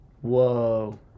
Whoa